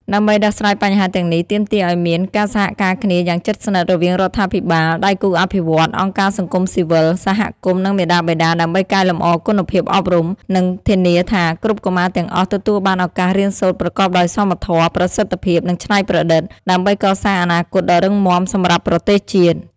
ដើម្បីដោះស្រាយបញ្ហាទាំងនេះ ទាមទារឱ្យមាន ការសហការគ្នាយ៉ាងជិតស្និទ្ធ រវាងរដ្ឋាភិបាល ដៃគូអភិវឌ្ឍន៍ អង្គការសង្គមស៊ីវិល សហគមន៍ និងមាតាបិតា ដើម្បីកែលម្អគុណភាពអប់រំ និងធានាថាគ្រប់កុមារទាំងអស់ទទួលបានឱកាសរៀនសូត្រប្រកបដោយសមធម៌ ប្រសិទ្ធភាព និងច្នៃប្រឌិត ដើម្បីកសាងអនាគតដ៏រឹងមាំសម្រាប់ប្រទេសជាតិ។